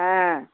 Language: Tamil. ஆ